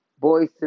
Boys